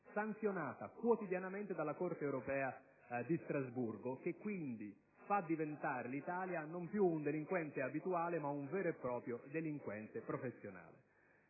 sanzionata quotidianamente della Corte europea di Strasburgo, che quindi fa diventare l'Italia non più un delinquente abituale, ma un vero e proprio delinquente professionale.